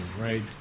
right